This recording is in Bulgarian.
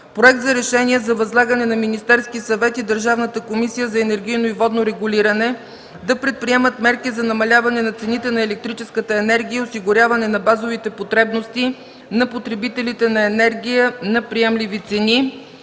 Проект за решение за възлагане на Министерския съвет и Държавната комисия за енергийно и водно регулиране да предприемат мерки за намаляване на цените на електрическата енергия и осигуряване на базовите потребности на потребителите на енергия на приемливи цени.